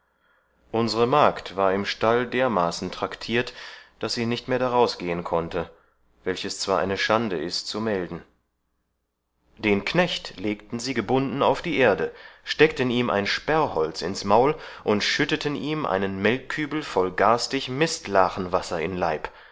unsre magd ward im stall dermaßen traktiert daß sie nicht mehr daraus gehen konnte welches zwar eine schande ist zu melden den knecht legten sie gebunden auf die erde steckten ihm ein sperrholz ins maul und schütteten ihm einen melkkübel voll garstig mistlachenwasser in leib